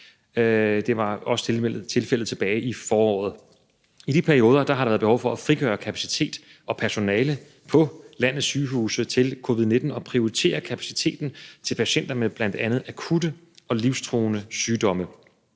det var også tilfældet tilbage i foråret. I de perioder har der været behov for at frigøre kapacitet og personale på landets sygehuse til covid-19 og for at prioritere kapaciteten til patienter med bl.a. akutte og livstruende sygdomme.